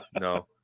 No